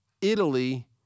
Italy